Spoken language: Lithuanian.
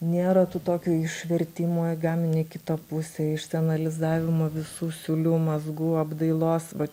nėra tų tokių išvertimų į gaminio kitą pusę išsianalizavimo visų siūlių mazgų apdailos va